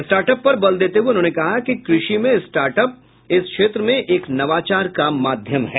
start up पर बल देते हुए उन्होंने कहा कि कृषि में स्टार्ट अप इस क्षेत्र में एक नवाचार का माध्यम है